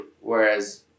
whereas